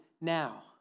now